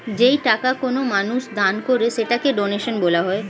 যেই টাকা কোনো মানুষ দান করে সেটাকে ডোনেশন বলা হয়